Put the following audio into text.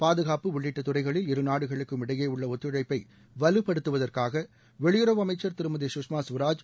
பாதுகாப்பு உள்ளிட்ட துறைகளில் இருநாடுகளுக்கும் இடையே உள்ள ஒத்துழைப்பை வலுப்படுத்துவதற்காக வெளியுறவு அமைச்சா் திருமதி சுஷ்மா சுவராஜ்